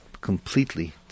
completely